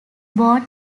born